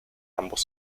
ambos